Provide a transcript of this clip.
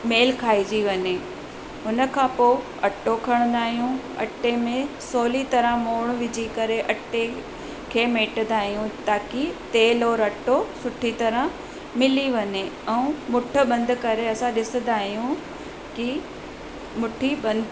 मेल खाइजी वञे उनखां पोइ अटो खणंदा आहियूं अटे में सवली तरह मोण विझी करे अटे खे मेटदा आहियूं ताकी तेल और अटो सुठी तरह मिली वञे ऐं मुठ बंदि करे असां ॾिसंदा आहियूं की मुठी बंदि